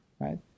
Right